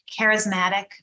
charismatic